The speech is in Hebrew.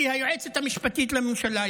כי היועצת המשפטית לממשלה,